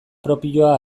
propioa